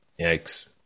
Yikes